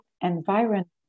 environment